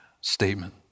statement